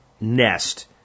nest